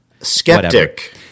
Skeptic